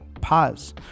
pause